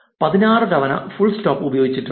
16 തവണ full stop ഉപയോഗിച്ചിട്ടുണ്ട്